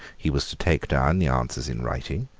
he was to take down the answers in writing,